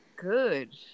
good